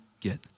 get